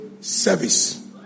service